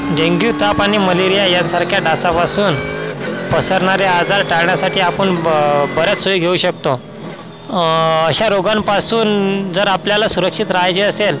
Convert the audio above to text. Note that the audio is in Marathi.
डेंग्यू ताप आणि मलेरिया यासारख्या डासापासून पसरणारे आजार टाळण्यासाठी आपण ब बऱ्याच सोयी घेऊ शकतो अशा रोगांपासून जर आपल्याला सुरक्षित राहायचे असेल